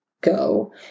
go